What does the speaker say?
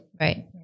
Right